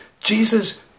Jesus